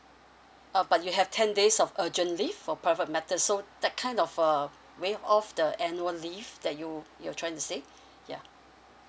uh but you have ten days of urgent leave for private matter so that kind of uh waive off the annual leave that you you're trying to say ya